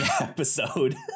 episode